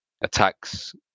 attacks